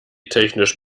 technisch